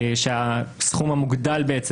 שהסכום המוגדל בעצם,